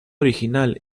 original